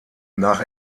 nach